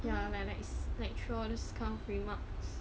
ya like throw those skunk remarks